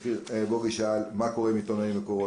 בוגי שאל מה קורה עם עיתונאים מקורות.